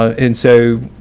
and so,